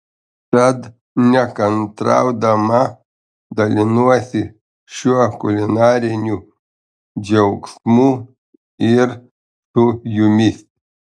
tad nekantraudama dalinuosi šiuo kulinariniu džiaugsmu ir su jumis